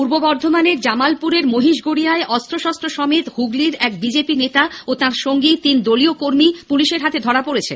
পূর্ব বর্ধমানের জামালপুরের মহিষগড়িয়ায় অস্ত্রশস্ত্র সমেত হুগলীর এক বিজেপি নেতা ও তাঁর তিন সঙ্গী তিন দলীয় কর্মী পুলিশের হাতে ধরা পড়েছে